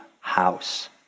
house